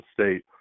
State